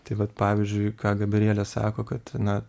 tai vat pavyzdžiui ką gabrielė sako kad na